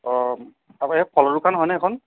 অঁ আপোনাৰ এয়া ফলৰ দোকান হয় নে এইখন